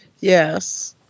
yes